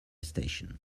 station